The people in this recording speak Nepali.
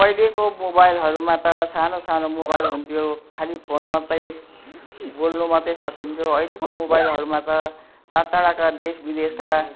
पहिलेको मोबाइलहरूमा त सानो सानो मोबाइल हुन्थ्यो खाली फोन मात्रै बोल्नु मात्रै सकिन्थ्यो अहिलेको मोबाइलहरूमा त टाढा टाढाका देशविदेशका